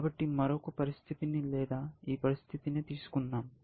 కాబట్టి మరొక పరిస్థితిని లేదా ఈ పరిస్థితినే తీసుకుందాం